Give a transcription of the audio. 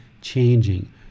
changing